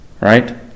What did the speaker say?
Right